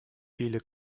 viele